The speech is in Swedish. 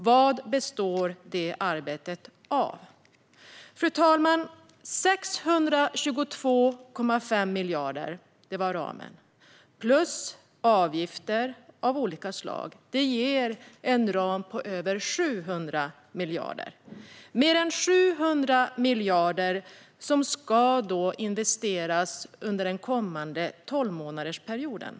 Vad består det arbetet av? Fru talman! Ramen var 622,5 miljarder plus avgifter av olika slag. Det ger en ram på över 700 miljarder, som ska investeras under den kommande tolvårsperioden.